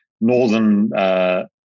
northern